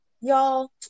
y'all